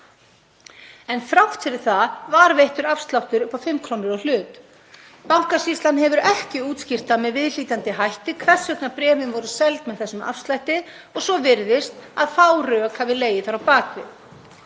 En þrátt fyrir það var veittur afsláttur upp á 5 kr. á hlut. Bankasýslan hefur ekki útskýrt það með viðhlítandi hætti hvers vegna bréfin voru seld með þessum afslætti og svo virðist að fá rök hafi legið þar að baki.